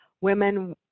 women